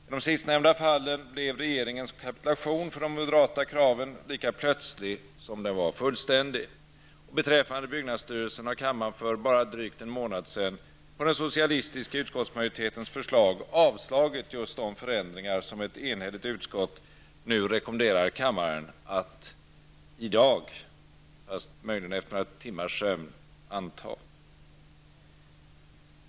I de sistnämnda fallen blev regeringens kapitulation för de moderata kraven lika plötslig som den var fullständig. Beträffande byggnadsstyrelsen har kammaren för bara drygt en månad sedan på den socialistiska utskottsmajoritetens förslag avslagit just de förändringar som ett enhälligt utskott nu rekommenderar kammaren att i dag -- fast möjligen efter några timmars sömn -- anta.